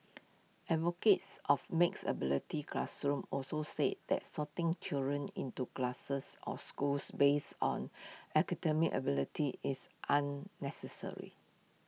advocates of mixed ability classrooms also say that sorting children into classes or schools based on academic ability is unnecessary